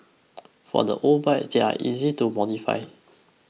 for the old bikes they're easy to modify